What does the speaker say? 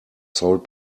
sold